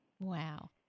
Wow